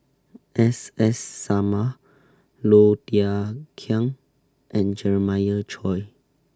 S S Sarma Low Thia Khiang and Jeremiah Choy